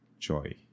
joy